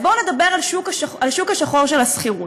אז בואו נדבר על השוק השחור של השכירות.